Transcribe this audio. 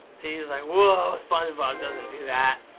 so you're just like, whoa, spongebob doesn't do that.